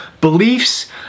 beliefs